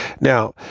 Now